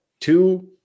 two –